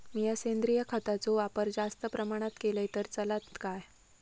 मीया सेंद्रिय खताचो वापर जास्त प्रमाणात केलय तर चलात काय?